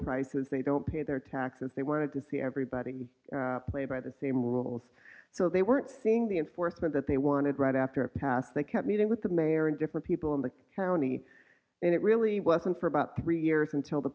prices they don't pay their taxes they wanted to see everybody play by the same rules so they weren't seeing the in forth with that they wanted right after a pass they kept meeting with the mayor and different people in the county and it really wasn't for about three years until the